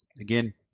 again